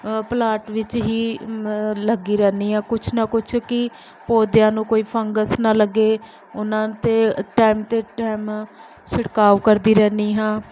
plot ਵਿੱਚ ਹੀ ਲੱਗੀ ਰਹਿੰਦੀ ਹਾਂ ਕੁਛ ਨਾ ਕੁਛ ਕਿ ਪੌਦਿਆਂ ਨੂੰ ਕੋਈ ਫੰਗਸ ਨਾ ਲੱਗੇ ਉਹਨਾਂ 'ਤੇ ਟਾਈਮ 'ਤੇ ਟਾਈਮ ਛਿੜਕਾਅ ਕਰਦੀ ਰਹਿੰਦੀ ਹਾਂ